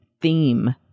theme